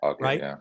Right